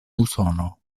usono